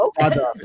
father